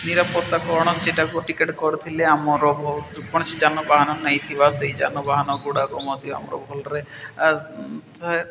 ନିରାପତ୍ତା କ'ଣ ସେଇଟାକୁ ଟିକେଟ୍ କରିଥିଲେ ଆମର କୌଣସି ଯାନବାହାନ ନେଇଥିବା ସେଇ ଯାନବାହାନଗୁଡ଼ାକ ମଧ୍ୟ ଆମର ଭଲରେ